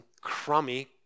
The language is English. crummy